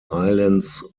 islands